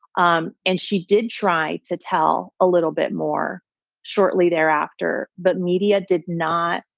um and she did try to tell a little bit more shortly thereafter. but media did not.